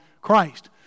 Christ